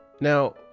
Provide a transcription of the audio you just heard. now